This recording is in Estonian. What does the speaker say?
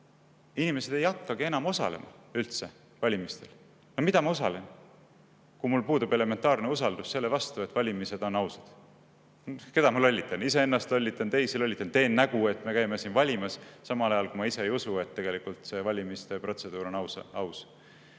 inimesed ei hakka enam osalema üldse valimistel. Miks ma osalen, kui mul puudub elementaarne usaldus selle vastu, et valimised on ausad? Keda ma lollitan? Iseennast lollitan, teisi lollitan, teen nägu, et me käime valimas, samal ajal kui ma ise ei usu, et tegelikult see valimiste protseduur on aus.